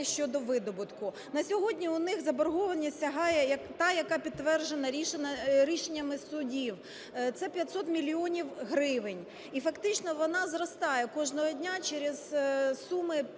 щодо видобутку. На сьогодні у них заборгованість сягає як та, яка підтверджена рішеннями судів, це 500 мільйонів гривень. І фактично вона зростає кожного дня через суми